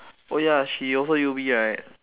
oh ya she also U_B right